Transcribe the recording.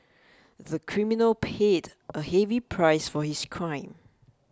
the criminal paid a heavy price for his crime